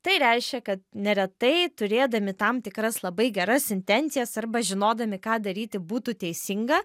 tai reiškia kad neretai turėdami tam tikras labai geras intencijas arba žinodami ką daryti būtų teisinga